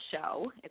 show